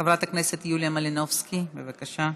חברת הכנסת יוליה מלינובסקי, בבקשה.